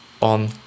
on